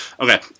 Okay